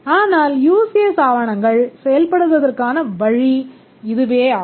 ஆனால் use case ஆவணங்கள் செய்யப்படுவதற்கான வழி இதுவேயாகும்